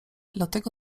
dlatego